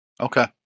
Okay